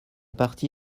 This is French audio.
parti